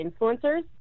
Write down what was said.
influencers